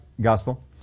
gospel